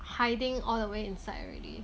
hiding all the way inside already